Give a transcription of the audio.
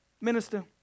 Minister